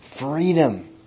freedom